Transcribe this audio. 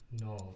No